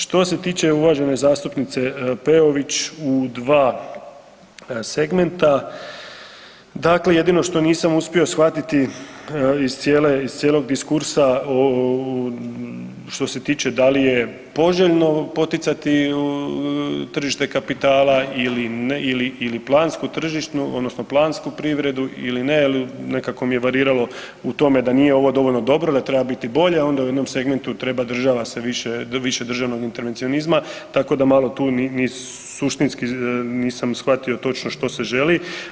Što se tiče uvažene zastupnice Peović, u dva segmenta, dakle jedino što nisam uspio shvatiti iz cijelog diskursa što se tiče da li je poželjno poticati tržište kapitala ili plansku tržišnu odnosno plansku privredu ili ne, ali nekako mi je variralo u tome da nije ovo dovoljno dobro da treba biti bolje, onda u jednom segmentu treba država se više, više državnog intervencionizma, tako da malo tu suštinski nisam shvatio točno što se želi.